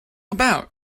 about